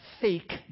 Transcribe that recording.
fake